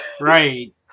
Right